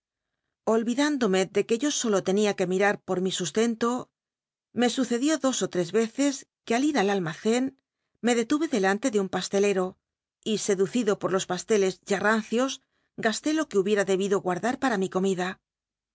olvidündome de que yo solo tenia que mirar por mi sustento me sucedió dos ó tres veces que al ir al ahnaccn me detuve delante de un pastelero y seducido por los pasteles ya rancios gasté lo que hubiera debido guardar para mi comida